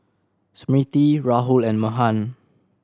Smriti Rahul and Mahan